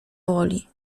woli